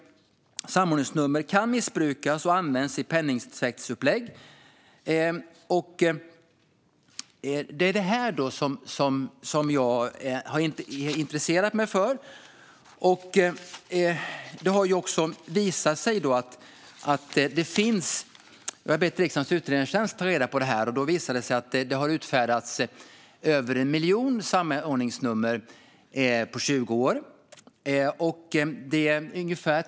Samordningsnummer kan missbrukas och används i penningtvättsupplägg. Det är detta problem som jag har intresserat mig för. Jag har bett riksdagens utredningstjänst att ta fram uppgifter, och då har det visat sig att det har utfärdats över 1 miljon samordningsnummer på 20 år.